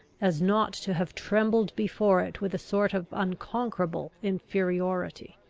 as not to have trembled before it with a sort of unconquerable inferiority.